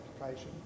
application